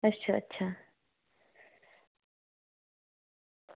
अच्छा अच्छा